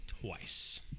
twice